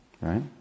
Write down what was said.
right